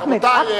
רבותי,